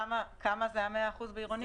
כמה זה ה-100% בעירוני?